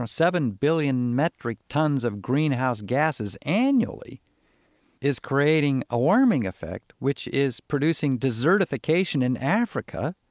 ah seven billion metric tons of greenhouse gases annually is creating a warming effect, which is producing desertification in africa,